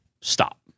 stop